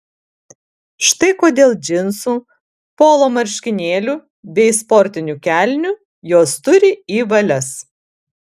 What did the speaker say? štai kodėl džinsų polo marškinėlių bei sportinių kelnių jos turi į valias